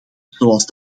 zoals